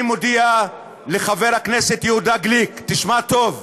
אני מודיע לחבר הכנסת יהודה גליק: תשמע טוב,